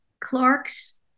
Clark's